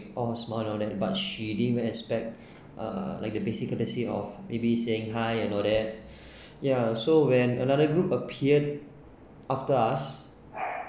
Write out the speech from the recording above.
or smile and all that but she didn't even expect uh like the basic courtesy of maybe saying hi and all that yeah so when another group appeared after us